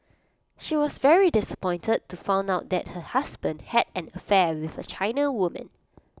she was very disappointed to find out that her husband had an affair with A China woman